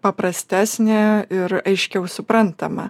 paprastesnė ir aiškiau suprantama